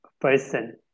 person